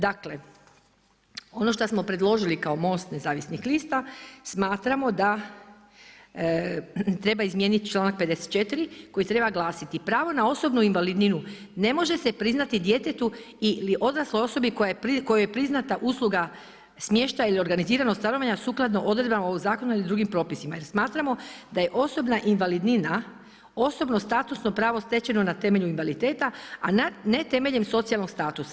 Dakle, ono što smo predložili kao Most nezavisnih lista, smatramo da treba izmijeniti čl. 54 koji treba glasiti, pravo na osobnu invalidninu, ne može se priznati djetetu ili odrasloj osobi kojoj je priznata usluga smještaja ili organiziranja stanovanja sukladno odredbama ovog zakona i drugim propisima, jer smatramo da je osobna invalidnina, osobno statusno pravo stečeno na temelju invaliditeta, a ne temeljem socijalnog statusa.